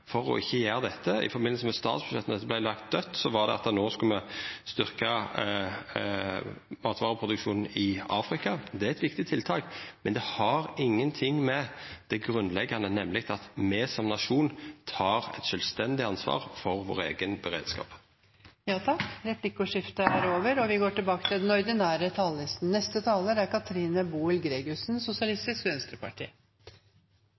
ikkje å gjera dette i forbindelse med statsbudsjettet. Då det vart lagt dødt, var det for at me no skulle styrkja matvareproduksjonen i Afrika. Det er eit viktig tiltak, men det har ingenting å gjera med det grunnleggjande, nemleg at me som nasjon tek eit sjølvstendig ansvar for vår eigen beredskap. Replikkordskiftet er over.